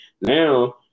Now